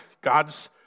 God's